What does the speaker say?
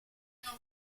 non